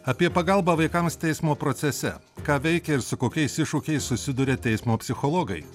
apie pagalbą vaikams teismo procese ką veikia ir su kokiais iššūkiais susiduria teismo psichologai